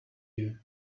you